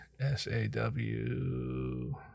S-A-W